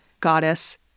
goddess